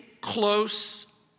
close